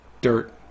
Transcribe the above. dirt